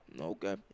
Okay